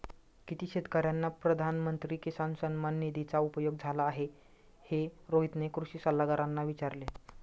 किती शेतकर्यांना प्रधानमंत्री किसान सन्मान निधीचा उपयोग झाला आहे, हे रोहितने कृषी सल्लागारांना विचारले